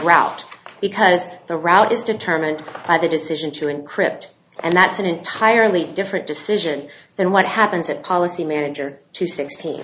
route because the route is determined by the decision to encrypt and that's an entirely different decision than what happens at policy manager two sixteen